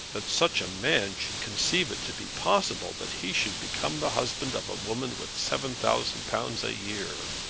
that such a man should conceive it to be possible that he should become the husband of a woman with seven thousand pounds a year!